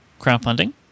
crowdfunding